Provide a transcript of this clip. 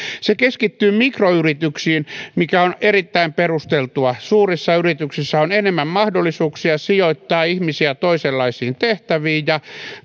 se keskittyy mikroyrityksiin mikä on erittäin perusteltua suurissa yrityksissä on enemmän mahdollisuuksia sijoittaa ihmisiä toisenlaisiin tehtäviin ja